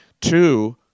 Two